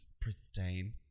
pristine